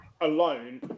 alone